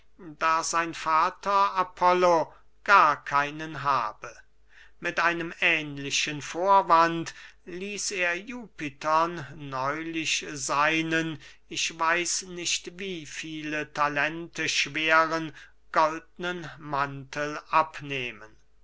da sein vater apollo gar keinen habe mit einem ähnlichen vorwand ließ er jupitern neulich seinen ich weiß nicht wie viele talente schweren goldnen mantel abnehmen